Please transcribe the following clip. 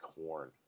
corn